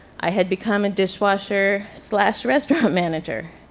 i had become a dishwasher slash restaurant manager.